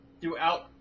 throughout